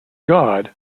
god